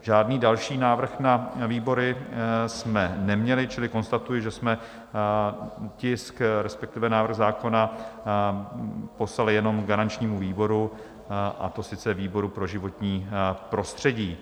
Žádný další návrh na výbory jsme neměli, čili konstatuji, že jsme tisk, respektive návrh zákona, poslali jenom garančnímu výboru, a to sice výboru pro životní prostředí.